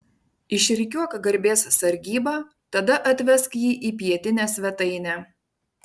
išrikiuok garbės sargybą tada atvesk jį į pietinę svetainę